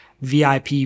VIP